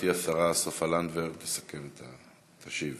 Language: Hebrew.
גברתי השרה סופה לנדבר תסכם ותשיב.